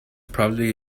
probably